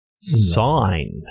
Sign